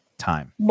time